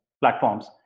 platforms